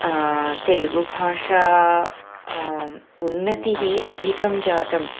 तेलुगुभाषा उन्नतिः अधिकं जातम्